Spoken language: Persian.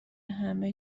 همه